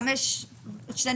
כאלה שאין להם משפחה